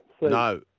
No